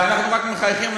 ואנחנו רק מחייכים,